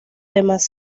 demás